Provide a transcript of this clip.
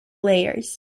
layers